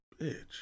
Bitch